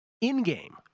in-game